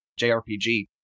JRPG